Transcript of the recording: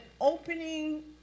opening